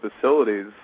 facilities